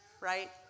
right